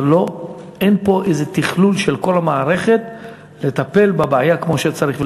אין פה תכלול של כל המערכת לטפל בבעיה כמו שצריך.